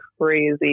crazy